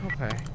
Okay